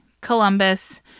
Columbus